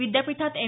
विद्यापीठात एम